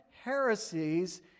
heresies